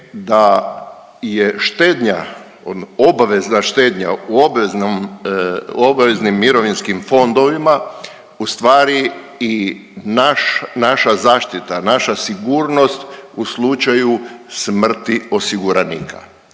da je štednja, obvezna štednja u obaveznim mirovinskim fondovima u stvari i naša zaštita, naša sigurnost u slučaju smrti osiguranika.